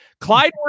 Clyde